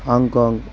Hong Kong